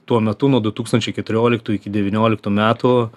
tuo metu nuo du tūkstančiai keturioliktų iki devynioliktų metų